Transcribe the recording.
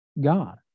God